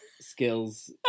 skills